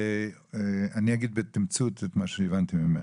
אגיד בתמצות מה שהבנתי ממך.